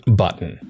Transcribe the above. button